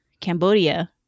Cambodia